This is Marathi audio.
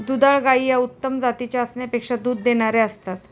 दुधाळ गायी या उत्तम जातीच्या असण्यापेक्षा दूध देणाऱ्या असतात